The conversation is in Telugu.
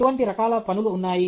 ఎటువంటి రకాల పనులు ఉన్నాయి